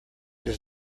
does